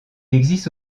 existe